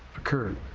occurred.